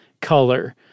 color